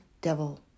devil